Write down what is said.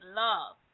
love